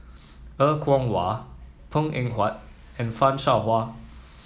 Er Kwong Wah Png Eng Huat and Fan Shao Hua